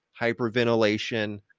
hyperventilation